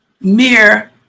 mere